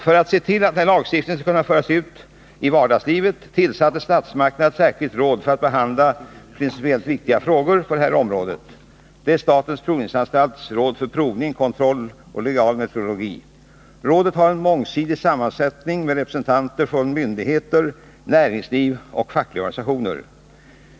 För att se till att den här lagstiftningen skall kunna föras ut i vardagslivet tillsatte statsmakterna ett särskilt råd för att behandla principiellt viktiga frågor på det här området. Det är statens provningsanstalts råd för provning, kontroll och legal metrologi. Rådet har en mångsidig sammansättning med representanter från myndigheter, näringsliv och fackliga organisationer.